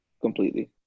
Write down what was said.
Completely